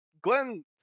Glenn